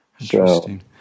Interesting